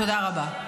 תודה רבה.